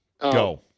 Go